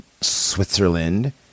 Switzerland